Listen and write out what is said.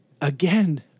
again